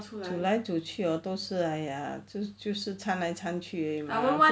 煮来煮去 hor 都是 !aiya! 就是就是参来参去而已 lah